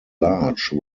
large